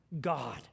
God